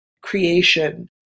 creation